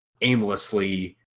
aimlessly